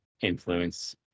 influence